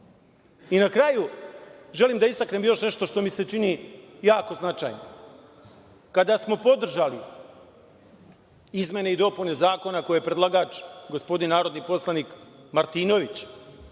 kraju želim da istaknem još nešto što mi se čini jako značajno. Kada smo podržali izmene i dopune Zakona koje je predlagač, gospodin narodni poslanik Martinović,